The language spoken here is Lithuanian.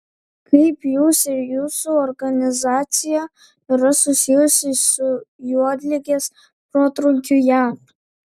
kaip jūs ir jūsų organizacija yra susijusi su juodligės protrūkiu jav